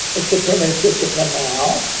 it's a primitive discipline now,